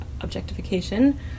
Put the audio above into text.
objectification